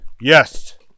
Yes